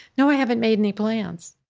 no, i haven't made any plans.